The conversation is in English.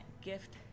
gift